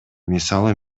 мисалы